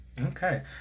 Okay